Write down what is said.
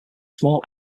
small